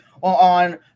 on